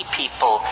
people